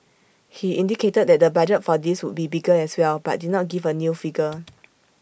he indicated that the budget for this would be bigger as well but did not give A new figure